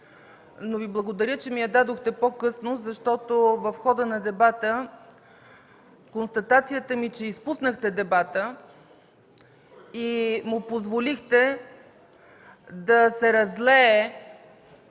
но Ви благодаря, че ми я дадохте по-късно, защото в хода на дебата констатацията ми е, че изпуснахте дебата и му позволихте да се разлее